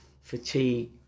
fatigue